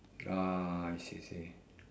ah I see I see